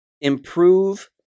improve